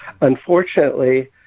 Unfortunately